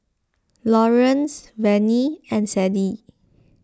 Laurance Venie and Sadie